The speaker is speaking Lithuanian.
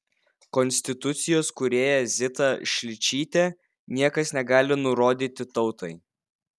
konstitucijos kūrėja zita šličytė niekas negali nurodyti tautai